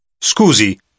Scusi